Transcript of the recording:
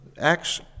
Acts